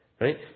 right